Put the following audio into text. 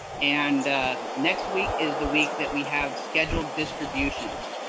and next week is the week that we have scheduled distributions.